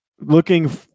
looking